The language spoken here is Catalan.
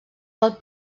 del